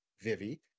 Vivi